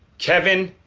kevin!